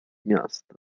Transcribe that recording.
miasta